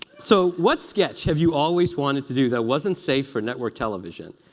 so what sketch have you always wanted to do that wasn't safe for network television?